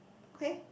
okay